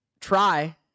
try